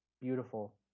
beautiful